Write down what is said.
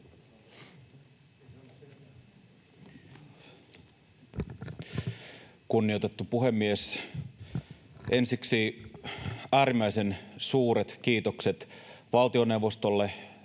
Kunnioitettu puhemies! Ensiksi äärimmäisen suuret kiitokset valtioneuvostolle,